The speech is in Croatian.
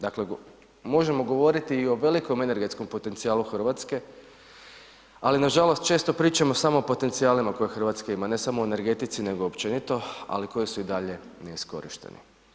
Dakle možemo govoriti i o velikom energetskom potencijalu Hrvatske ali nažalost često pričamo samo o potencijalima koje Hrvatska ima, ne samo o energetici nego općeniti nego općenito ali koji su i dalje neiskorišteni.